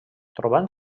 trobant